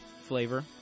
flavor